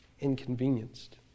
inconvenienced